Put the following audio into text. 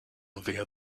via